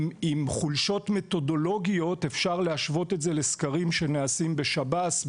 עם חולשות מתודולוגיות אפשר להשוות את זה לסקרים שנעשים בשב"ס,